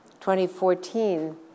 2014